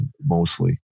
mostly